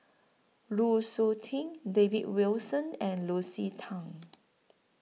Lu Suitin David Wilson and Lucy Tan